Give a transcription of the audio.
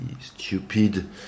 stupid